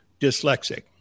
dyslexic